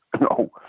No